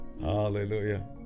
hallelujah